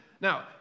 Now